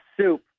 soup